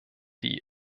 die